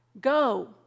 go